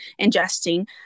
ingesting